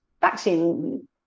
vaccine